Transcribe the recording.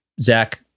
Zach